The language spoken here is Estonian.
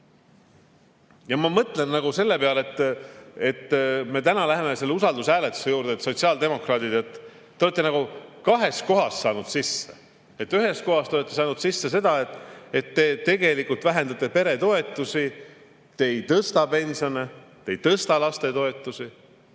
Ma mõtlen selle peale, et me täna läheme selle usaldushääletuse juurde. Sotsiaaldemokraadid, te olete nagu kahes kohas saanud sisse. Ühes kohas te olete saanud sisse sellega, et te tegelikult vähendate peretoetusi, te ei tõsta pensione, te ei tõsta lastetoetusi.